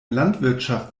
landwirtschaft